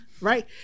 Right